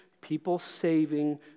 people-saving